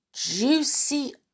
juicy